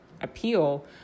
appeal